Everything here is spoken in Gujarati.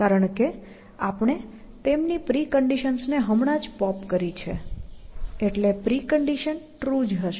કારણ કે આપણે તેમની પ્રિકન્ડિશન્સ ને હમણાં જ પોપ કરી છે એટલે પ્રિકન્ડિશન્સ ટ્રુ જ હશે